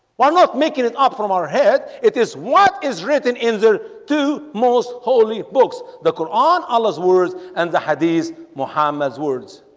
while not making it up from our head it is what is written in the two most holy books the quran alice words and the hadees muhammad's words